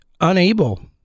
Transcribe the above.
unable